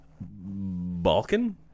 Balkan